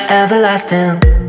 Everlasting